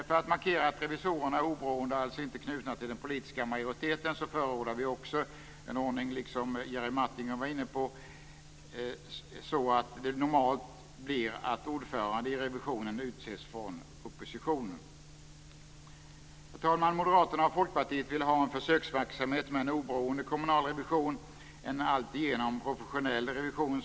För att markera att revisorerna är oberoende och alltså inte knutna till den politiska majoriteten förordar vi en ordning, liksom Jerry Martinger var inne på, som normalt innebär att ordföranden i revisionen utses från oppositionen. Herr talman! Moderaterna och Folkpartiet vill ha en försöksverksamhet med en oberoende kommunal revision, såvitt jag förstår en alltigenom professionell revision.